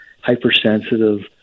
hypersensitive